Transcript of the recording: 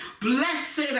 blessed